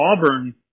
Auburn